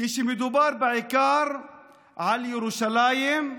ומדובר בעיקר על ירושלים,